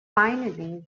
finally